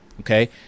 Okay